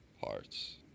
Hearts